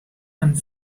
and